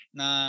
na